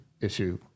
issue